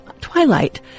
Twilight